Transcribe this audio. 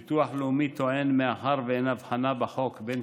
ביטוח לאומי טוען שמאחר שאין הבחנה בחוק בין